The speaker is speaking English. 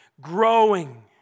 growing